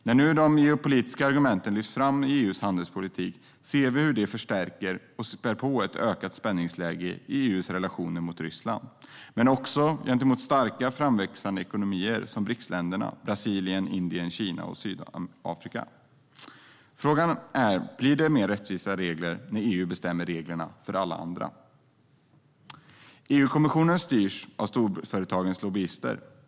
När nu de geopolitiska argumenten lyfts fram i EU:s handelspolitik ser vi hur det förstärker och spär på ett ökat spänningsläge i EU:s relationer mot Ryssland men också gentemot starka framväxande ekonomier som de övriga Briksländerna - Brasilien, Indien, Kina och Sydafrika. Frågan är: Blir det rättvisare regler när EU bestämmer reglerna för alla andra? EU-kommissionen styrs av storföretagens lobbyister.